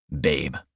Babe